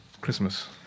Christmas